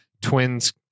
Twins